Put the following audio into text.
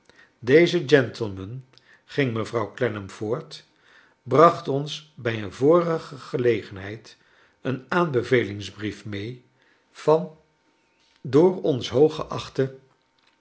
deze gentleman ging mevrouw clennam voort bracht ons bij een vorige gelegenheid een aanbevelingsbrief mee van door ons hoog geachte